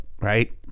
right